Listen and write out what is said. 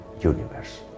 universe